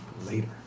later